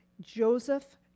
Joseph